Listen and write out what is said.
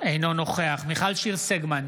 אינו נוכח מיכל שיר סגמן,